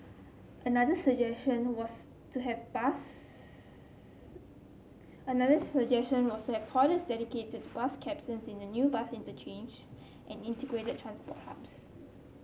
another suggestion was to have bus another suggestion was to have toilets dedicated to bus captains in the new bus interchanges and integrated transport hubs